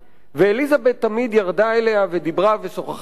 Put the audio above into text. ואליזבת תמיד ירדה אליה ודיברה ושוחחה אתה.